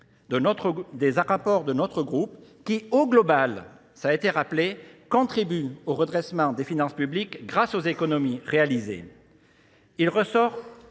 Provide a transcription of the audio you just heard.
des rapports de notre groupe qui, au global, ça a été rappelé, contribuent au redressement des finances publiques grâce aux économies réalisées. Il ressort